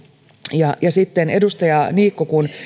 ja ja sitten edustaja niikko kun